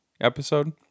episode